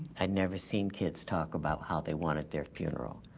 i'd never seen kids talk about how they wanted their funeral.